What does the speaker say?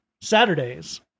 Saturdays